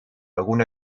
algún